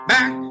Back